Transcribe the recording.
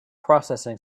processing